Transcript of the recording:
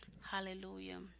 Hallelujah